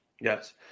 Yes